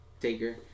taker